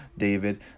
David